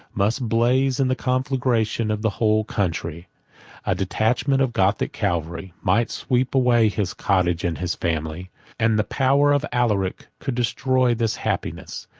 must blaze in the conflagration of the whole country a detachment of gothic cavalry might sweep away his cottage and his family and the power of alaric could destroy this happiness,